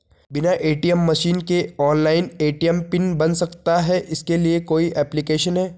बिना ATM machine के online ATM PIN बन सकता है इसके लिए कोई ऐप्लिकेशन है?